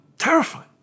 terrifying